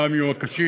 פעם יום הקשיש.